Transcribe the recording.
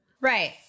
Right